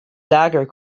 dagger